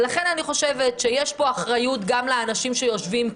ולכן אני חושבת שיש פה אחריות גם לאנשים שיושבים כאן.